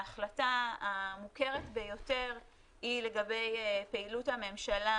ההחלטה המוכרת ביותר היא לגבי פעילות הממשלה